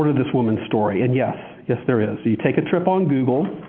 this woman's story? and yes, yes, there is. you take a trip on google,